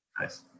Nice